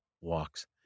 walks